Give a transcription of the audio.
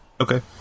okay